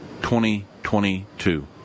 2022